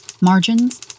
Margins